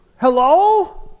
hello